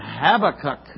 Habakkuk